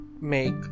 make